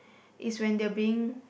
is when they're being